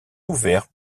ouverts